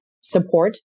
support